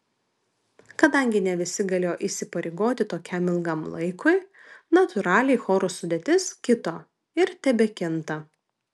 kadangi ne visi galėjo įsipareigoti tokiam ilgam laikui natūraliai choro sudėtis kito ir tebekinta